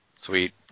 Sweet